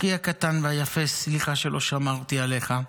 אחי הקטן והיפה, סליחה שלא שמרתי עליך.